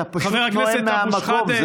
אתה פשוט נואם מהמקום.